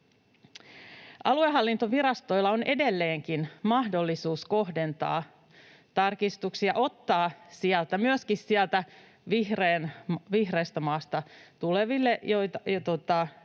Aluehallintovirastoilla on edelleenkin mahdollisuus kohdentaa tarkistuksia, ottaa myöskin vihreästä maasta tulevia tai